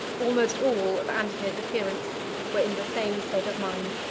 almost all of antony's adherents were in the same state of mind.